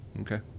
Okay